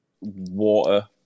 water